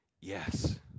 Yes